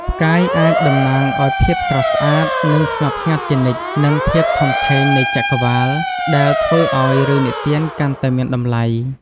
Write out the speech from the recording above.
ផ្កាយអាចតំណាងឲ្យភាពស្រស់ស្អាត នឹងស្ងប់ស្ងាត់ជានិច្ច និងភាពធំធេងនៃចក្រវាឡ ដែលធ្វើឲ្យរឿងនិទានកាន់តែមានតម្លៃ ។